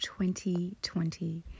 2020